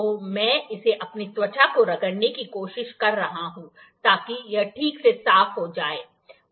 मैं इसे अपनी त्वचा से रगड़ने की कोशिश कर रहा हूं ताकि यह ठीक से साफ हो जाए